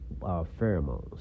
pheromones